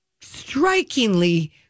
strikingly